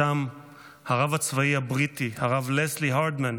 שם הרב הצבאי הבריטי, הרב לזלי הרדמן,